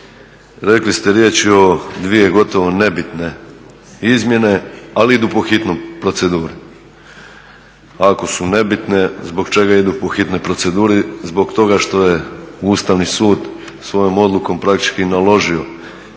Rekli ste riječ je o dvije gotovo nebitne izmjene, ali idu po hitnoj proceduri. Ako su nebitne, zbog čega idu po hitnoj proceduri, zbog toga što je Ustavni sud svojom odlukom praktički naložio